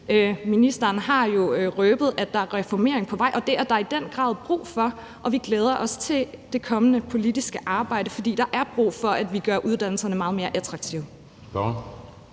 Ministeren har jo røbet, at der er en reformering på vej, og det er der i den grad brug for, og vi glæder os til det kommende politiske arbejde. For der er brug for, at vi gør uddannelserne meget mere attraktive.